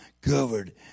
covered